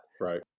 right